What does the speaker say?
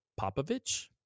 Popovich